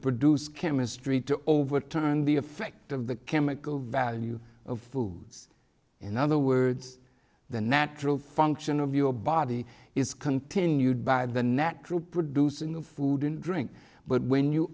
produce chemistry to overturn the effect of the chemical value of foods in other words the natural function of your body is continued by the natural producing of food and drink but when you